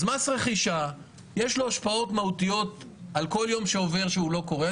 אז מס הרכישה יש לו השפעות מהותיות על כל יום שעובר שהוא לא קורה.